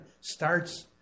starts